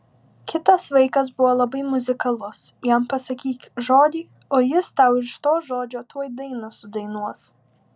kitas vaikas buvo labai muzikalus jam pasakyk žodį o jis tau iš to žodžio tuoj dainą sudainuos